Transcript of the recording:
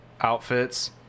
outfits